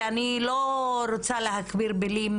ואני לא רוצה להכביר במילים,